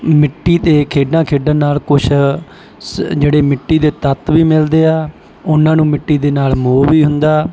ਮਿੱਟੀ 'ਤੇ ਖੇਡਾਂ ਖੇਡਣ ਨਾਲ ਕੁਛ ਸ ਜਿਹੜੇ ਮਿੱਟੀ ਦੇ ਤੱਤ ਵੀ ਮਿਲਦੇ ਆ ਉਹਨਾਂ ਨੂੰ ਮਿੱਟੀ ਦੇ ਨਾਲ ਮੋਹ ਵੀ ਹੁੰਦਾ